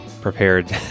prepared